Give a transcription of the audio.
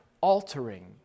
altering